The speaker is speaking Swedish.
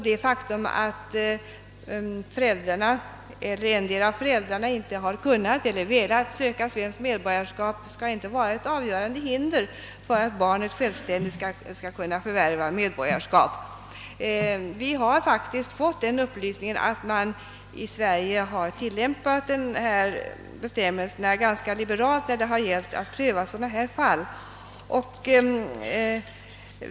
Det faktum att föräldrarna eller endera av dem inte har kunnat eller velat söka svenskt medborgarskap skall inte vara ett avgörande hinder för att barnet självständigt skall kunna förvärva medborgarskap. Vi har faktiskt fått den upplysningen, att man i Sverige vid prövning av sådana här fall har tillämpat bestämmelserna ganska liberalt.